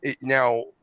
Now